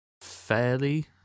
fairly